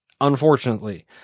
Unfortunately